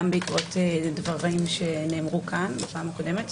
בעקבות דברים שנאמרו כאן בפעם הקודמת,